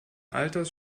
alters